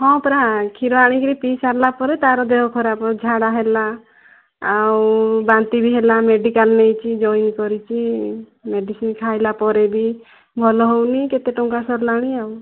ହଁ ପରା କ୍ଷୀର ଆଣିକି ପିଇସାରିଲା ପରେ ତା ର ଦେହ ଖରାପ ଝାଡ଼ା ହେଲା ଆଉ ବାନ୍ତି ବି ହେଲା ମେଡ଼ିକାଲ ନେଇଛି ଜୋଏନ କରିଛି ମେଡ଼ିସିନ ଖାଇଲାପରେ ବି ଭଲ ହେଉନି କେତେ ଟଙ୍କା ସରିଲାଣି ଆଉ